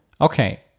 okay